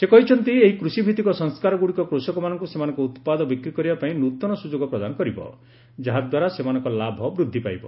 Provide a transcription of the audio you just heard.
ସେ କହିଛନ୍ତି ଏହି କୃଷିଭିତିକ ସଂସ୍କାରଗୁଡିକ କୁଷକମାନଙ୍କୁ ସେମାନଙ୍କ ଉତ୍ପାଦ ବିକ୍ରୀ କରିବା ପାଇଁ ନୂତନ ସୁଯୋଗ ପ୍ରଦାନ କରିବ ଯାହାଦ୍ୱାରା ସେମାନଙ୍କ ଲାଭ ବୃଦ୍ଧି ପାଇବ